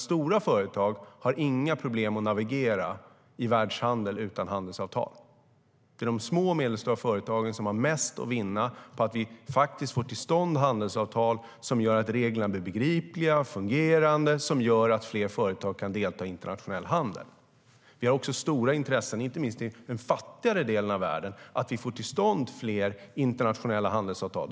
Stora företag har inga problem att navigera i världshandeln utan handelsavtal. Det är de små och medelstora företagen som har mest att vinna på att vi får till stånd handelsavtal som gör att reglerna blir begripliga och fungerande och gör att fler företag kan delta i internationell handel. Vi har också stort intresse av att inte minst den fattigare delen av världen får till stånd fler internationella handelsavtal.